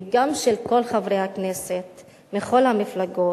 וגם של כל חברי הכנסת מכל המפלגות,